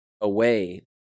away